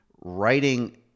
writing